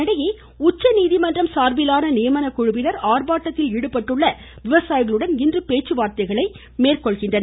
இதனிடையே உச்சநீதிமன்றம் சார்பிலான நியமன குழுவினர் ஆர்பாட்டத்தில் ஈடுபட்டுள்ள விவசாயிகளுடன் இன்று பேச்சுவார்த்தை மேற்கொள்கிறது